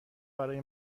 برای